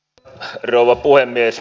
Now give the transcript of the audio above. arvoisa rouva puhemies